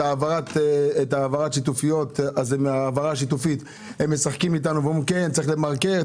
את העברת שיתופית והם משחקים אתנו ואומרים שצריך למרקר,